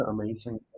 amazing